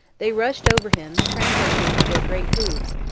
they rushed over him, trampling him with their great hoofs,